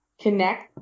connect